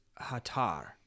hatar